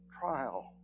trial